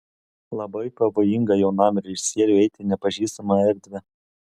labai pavojinga jaunam režisieriui eiti į nepažįstamą erdvę